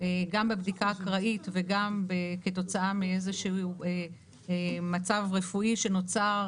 גם בבדיקה אקראית וגם כתוצאה מאיזשהו מצב רפואי שנוצר,